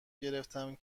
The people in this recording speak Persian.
گرفتم